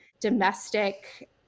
domestic